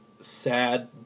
sad